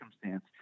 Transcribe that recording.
circumstance